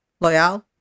Loyal